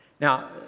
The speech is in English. Now